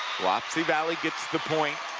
wapsie valley gets the point,